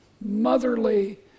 motherly